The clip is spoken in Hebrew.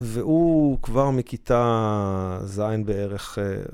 והוא כבר מכיתה זין בערך.